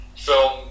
film